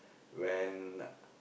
when